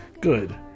good